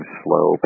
slow